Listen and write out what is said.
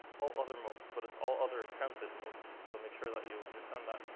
all other modes. but it's all other transit modes. so make sure that you understand that.